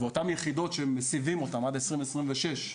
אותן יחידות שמסבים אותן עד 2026,